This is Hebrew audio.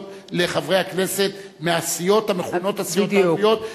לחברי הכנסת מהסיעות המכונות הסיעות הערביות,